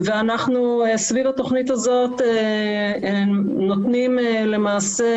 אנחנו סביב התכנית הזאת נותנים למעשה